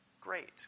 Great